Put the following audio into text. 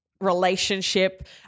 relationship